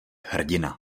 hrdina